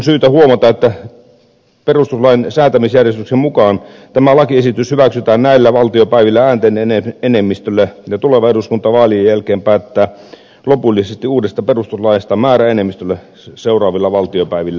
lopuksi on syytä huomata että perustuslain säätämisjärjestyksen mukaan tämä lakiesitys hyväksytään näillä valtiopäivillä äänten enemmistöllä ja tuleva eduskunta vaalien jälkeen päättää lopullisesti uudesta perustuslaista määräenemmistöllä seuraavilla valtiopäivillä